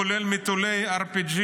כולל מטולי 7-RPG,